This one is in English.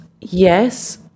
Yes